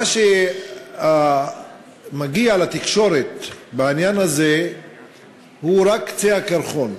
מה שמגיע לתקשורת בעניין הזה הוא רק קצה הקרחון,